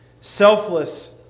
Selfless